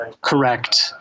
Correct